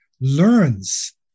learns